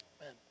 Amen